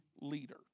leader